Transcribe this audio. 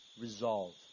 resolve